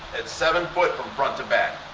it's seven foot from front to back.